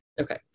Okay